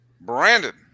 brandon